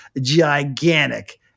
gigantic